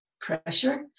pressure